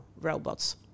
robots